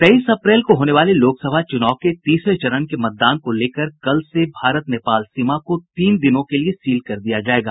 तेईस अप्रैल को होने वाले लोकसभा चुनाव के तीसरे चरण के मतदान को लेकर कल से भारत नेपाल सीमा को तीन दिनों के लिये सील कर दिया जायेगा